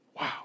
Wow